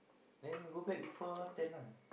then go back before ten ah